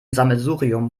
sammelsurium